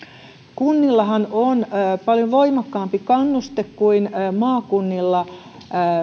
kunnillahan on paljon voimakkaampi kannuste kuin maakunnilla